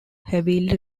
heavily